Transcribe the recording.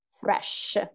fresh